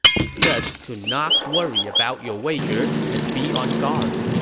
he said to not worry about your wager and be on guard.